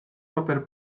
paper